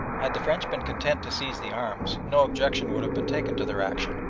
had the french been content to seize the arms no objection would have been taken to their action,